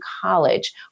college